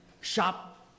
shop